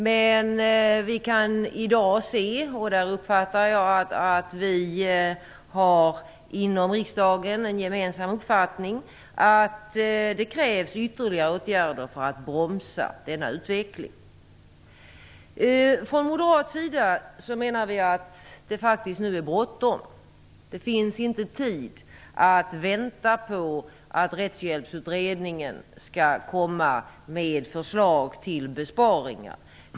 Men vi kan i dag se - och där uppfattar jag att vi inom riksdagen har en gemensam uppfattning - att det krävs ytterligare åtgärder för att bromsa denna utveckling. Från moderat sida menar vi att det faktiskt nu är bråttom. Det finns inte tid att vänta på att Rättshjälpsutredningen skall komma med förslag till besparingar.